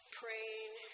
praying